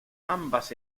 ambas